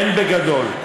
אין "בגדול".